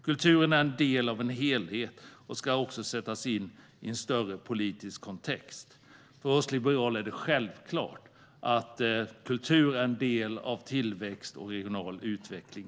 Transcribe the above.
Kulturen är en del av en helhet och ska också sättas in i en större politisk kontext. För oss liberaler är det självklart att kultur också är en del av tillväxt och regional utveckling.